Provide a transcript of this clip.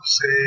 say